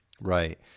Right